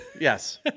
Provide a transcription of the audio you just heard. Yes